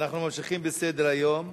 אנחנו ממשיכים בסדר-היום: